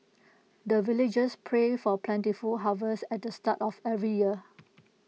the villagers pray for plentiful harvest at the start of every year